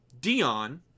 Dion